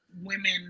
women